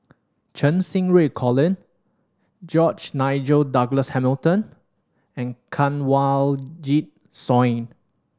Cheng Xinru Colin George Nigel Douglas Hamilton and Kanwaljit Soin